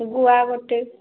ଗୁଆ ଗୋଟେ